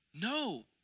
no